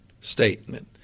statement